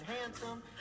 handsome